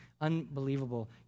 unbelievable